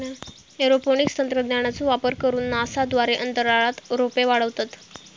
aeroponics तंत्रज्ञानाचो वापर करून नासा द्वारे अंतराळात रोपे वाढवतत